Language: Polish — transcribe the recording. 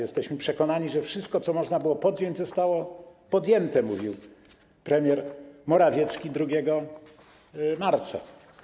Jesteśmy przekonani, że wszystko, co można było podjąć, zostało podjęte - mówił premier Morawiecki 2 marca.